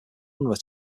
unruh